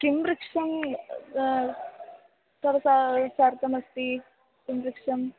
किं वृक्षः अस्ति किं वृक्षः